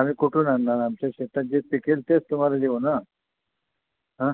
आम्ही कुठून आणणार आमच्या शेतात जे पिकेल तेच तुम्हाला देऊ ना